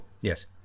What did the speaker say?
Yes